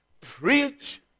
preach